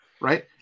right